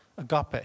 agape